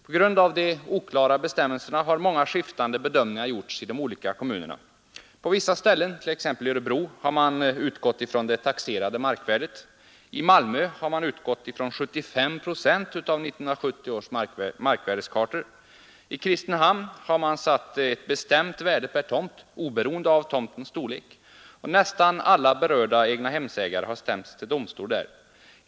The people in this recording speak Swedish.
På grund av de oklara bestämmelserna har många skiftande bedömningar gjorts i de olika kommunerna. På vissa ställen, exempelvis i Örebro, har man utgått från det taxerade markvärdet. I Malmö har man använt 75 procent av 1970 års markvärdeskartor som utgångspunkt. I Kristinehamn har man satt ett bestämt värde per tomt, oberoende av tomtens storlek, och nästan alla berörda egnahemsägare har där stämts till domstol.